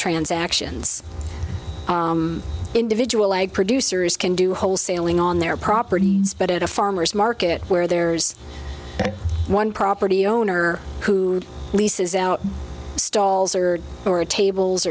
transactions individual egg producers can do wholesaling on their property but at a farmer's market where there's one property owner who leases out stalls or or a tables